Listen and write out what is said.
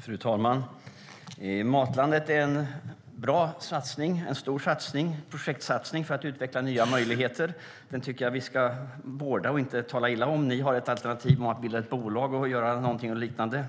Fru talman! Matlandet är en bra och stor projektsatsning för att utveckla nya möjligheter. Vi ska vårda och inte tala illa om den satsningen. Ni har ett alternativ som innebär att bilda ett bolag och göra något liknande.